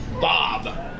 Bob